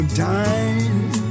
time